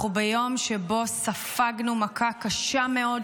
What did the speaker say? אנחנו ביום שבו ספגנו מכה קשה מאוד,